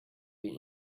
been